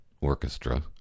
orchestra